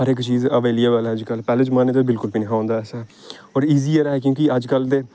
हर इक चीज अवेलीएवल ऐ अज्जकल पैह्ले जमान्ने च बिलकुल बी निहा होंदा ऐसा होर ईजी ऐ क्योंकि कि अज्जकल ते